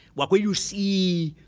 what will you see?